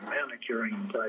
manicuring